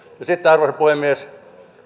sitten arvoisa puhemies